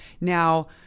Now